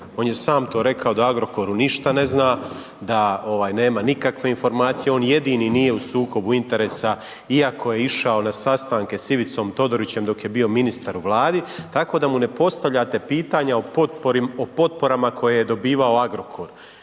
on je sam to rekao da o Agrokoru ništa ne zna, da ovaj nema nikakve informacije, on jedini nije u sukobu interesa iako je išao na sastanke s Ivicom Todorićem dok je bio ministar u Vladi tako da mu ne postavljate pitanja o potporama koje je dobivao Agrokor.